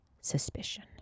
suspicion